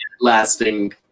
lasting